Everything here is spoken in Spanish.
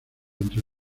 entre